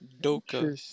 Doka